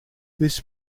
this